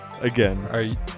Again